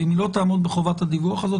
ואם היא לא תעמוד בחובת הדיווח הזאת,